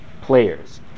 players